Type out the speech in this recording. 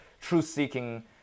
truth-seeking